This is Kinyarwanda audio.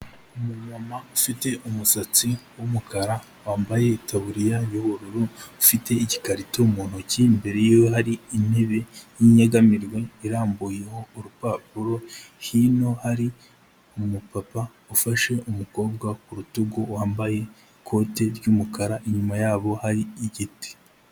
Umunyama ufite umusatsi w'umukara wambaye itaburiya y'ubururu ufite igikarito mu ntoki imbere y'iwe hari intebe yinyegamirwe irambuyeho urupapuro hino hari umupapa ufashe umukobwa k'urutugu wambaye ikote ry'umukara inyuma yabo hari igiti.